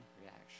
reaction